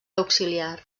auxiliar